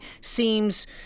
seems